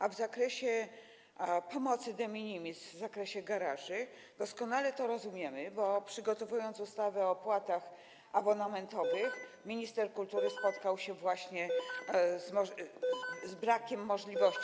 A w zakresie pomocy de minimis, w zakresie garaży doskonale to rozumiemy, bo przygotowując ustawę o opłatach abonamentowych, minister kultury spotkał się tu właśnie z brakiem możliwości.